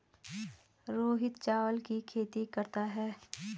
रोहित चावल की खेती करता है